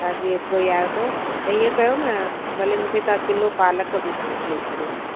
हाली एतिरो ई आयो अथव त ईअं कयो न भले मूंखे तव्हां किलो पालक बि मोकिले छॾियो